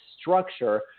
structure